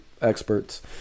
experts